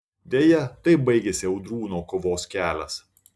deja taip baigėsi audrūno kovos kelias